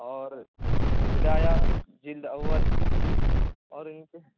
اور ہدایہ جلد اول اور ان کے